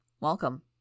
Welcome